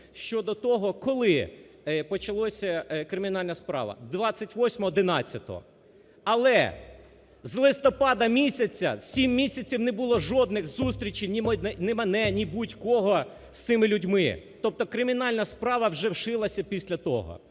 щодо того, коли почалася кримінальна справа? 28.11. Але з листопада місяця, сім місяців не було жодних зустрічей ні мене, ні будь-кого з цими людьми. Тобто кримінальна справа вже шилася після того,